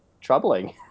troubling